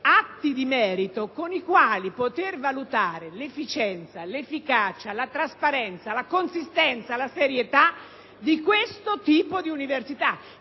atti di merito con i quali poter valutare l'efficienza, l'efficacia, la trasparenza, la consistenza e la serietà di questo tipo di università,